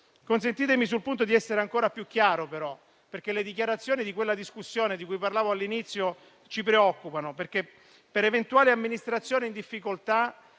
punto, però, di essere ancora più chiaro, perché le dichiarazioni di quella discussione, di cui parlavo all'inizio, ci preoccupano, perché, per eventuali amministrazioni in difficoltà,